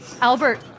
Albert